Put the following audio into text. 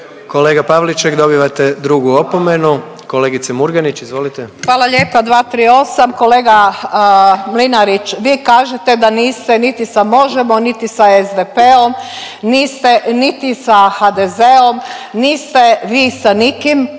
Kolega Pavliček, dobivate drugu opomemu. Kolegice Murganić, izvolite. **Murganić, Nada (HDZ)** Hvala lijepa, 238.. Kolega Mlinarić, vi kažete da niste niti sa Možemo!, niti sa SDP-om, niste niti sa HDZ-om, niste vi sa nikim,